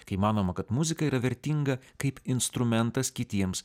kai manoma kad muzika yra vertinga kaip instrumentas kitiems